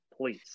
please